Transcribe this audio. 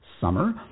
summer